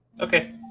Okay